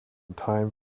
time